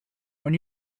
when